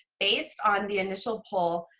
based on the initial poll,